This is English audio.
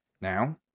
now